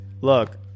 look